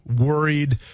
worried